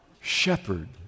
shepherd